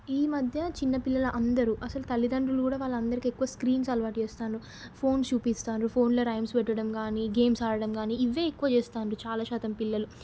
ఈ మధ్య చిన్నపిల్లలు అందరూ అస్సలు తల్లితండ్రులు కూడా వాళ్ళ అందరకి ఎక్కువ స్క్రీన్స్ అలవాటు చేస్తున్నారు ఫోన్ చూపిస్తారు ఫోన్లో రైమ్స్ పెట్టడం కానీ గేమ్స్ ఆడటం కానీ ఇవవే ఎక్కువ చేస్తున్నారు చాలా శాతం పిల్లలు